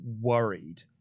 worried